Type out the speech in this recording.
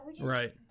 right